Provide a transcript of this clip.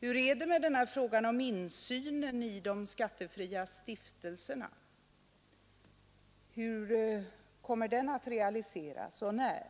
Hur är det med insynen i de skattefria stiftelserna? Hur kommer den att realiseras och när?